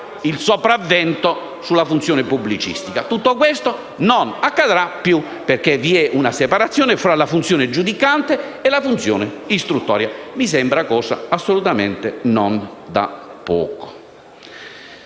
il sopravvento sulla funzione pubblicistica. Tutto questo non accadrà più, perché vi è una separazione fra la funzione giudicante e la funzione istruttoria; mi sembra cosa assolutamente non da poco.